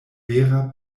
vera